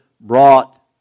brought